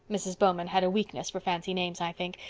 mrs. bowman had a weakness for fancy names i think.